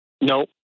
No